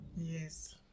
Yes